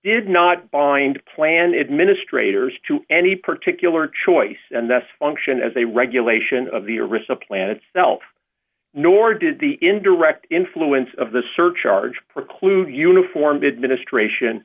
did not bind plan administrators to any particular choice and thus function as a regulation of the original plan itself nor did the indirect influence of the surcharge preclude uniform bid ministration